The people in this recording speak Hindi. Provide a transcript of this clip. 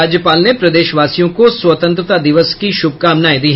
राज्यपाल ने प्रदेशवासियों को स्वतंत्रता दिवस की श्भकामनाएं दी